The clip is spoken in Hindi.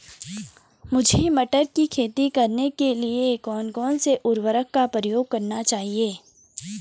मुझे मटर की खेती करने के लिए कौन कौन से उर्वरक का प्रयोग करने चाहिए?